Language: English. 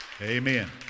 Amen